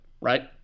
right